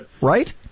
right